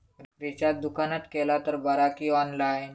Recharge दुकानात केला तर बरा की ऑनलाइन?